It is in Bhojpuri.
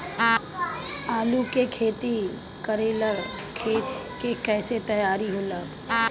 आलू के खेती करेला खेत के कैसे तैयारी होला?